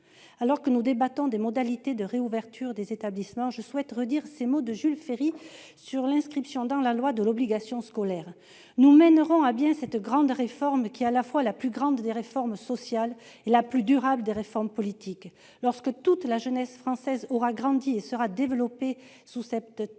Alors que nous débattons des modalités de réouverture des établissements, je souhaite redire ces mots de Jules Ferry sur l'inscription dans la loi de l'obligation scolaire :« Nous mènerons à bien cette grande réforme, qui est à la fois la plus grande des réformes sociales et [...] la plus durable des réformes politiques ... Lorsque toute la jeunesse française se sera développée, aura grandi,